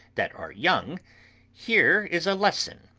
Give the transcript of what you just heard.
that are young here is a lesson